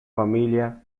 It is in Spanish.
familia